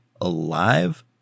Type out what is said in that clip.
alive